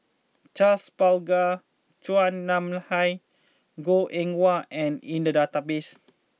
Charles Paglar Chua Nam Hai Goh Eng Wah are in the database